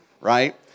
right